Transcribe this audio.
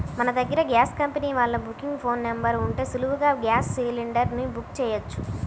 మన దగ్గర gas company వాళ్ళ బుకింగ్ ఫోన్ నెంబర్ ఉంటే సులువుగా గ్యాస్ సిలిండర్ ని బుక్ చెయ్యొచ్చు